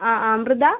ആ ആ അമൃത